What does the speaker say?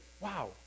Wow